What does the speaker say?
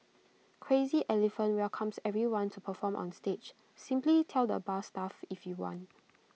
crazy elephant welcomes everyone to perform on stage simply tell the bar staff if you want